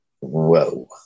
Whoa